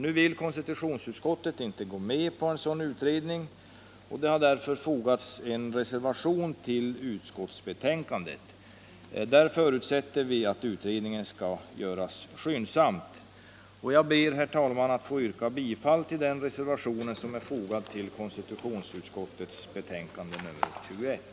Nu vill konstitutionsutskottet inte gå med på en sådan utredning. Det har därför fogats en reservation vid utskottsbetänkandet, och i den förutsätter vi att utredningen skall göras skyndsamt. Jag ber, fru talman, att få yrka bifall till den reservation som är fogad vid konstitutionsutskottets betänkande nr 21.